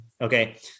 Okay